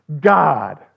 God